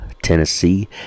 Tennessee